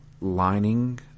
lining